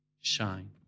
shine